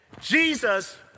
Jesus